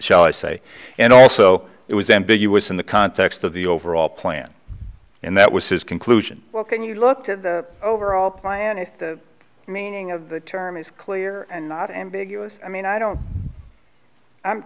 shall i say and also it was ambiguous in the context of the overall plan and that was his conclusion well can you look to the overall plan if the meaning of the term is clear and not ambiguous i mean i don't i'm